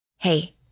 Hey